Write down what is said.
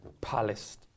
Palace